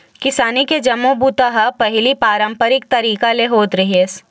किसानी के जम्मो बूता ह पहिली पारंपरिक तरीका ले होत रिहिस हे